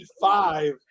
five